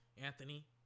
Anthony